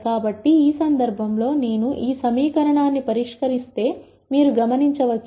కాబట్టి ఈ సందర్భంలో నేను ఈ సమీకరణాన్ని పరిష్కరిస్తే మీరు గమనించవచ్చు